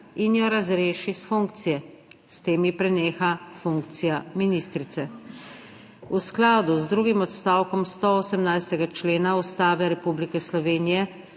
in jo razreši s funkcije, s tem ji preneha funkcija ministrice.« V skladu z drugim odstavkom 118. člena Ustave Republike Slovenije